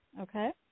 okay